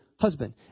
husband